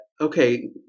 okay